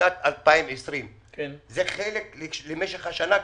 לשנת 2020. זה חלק למשך השנה,